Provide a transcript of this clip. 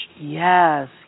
Yes